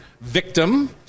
victim